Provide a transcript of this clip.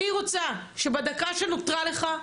אני רוצה שבדקה שנותרה לך,